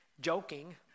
joking